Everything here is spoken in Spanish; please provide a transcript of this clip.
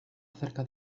cerca